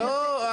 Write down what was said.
לא,